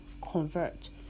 Convert